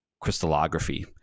crystallography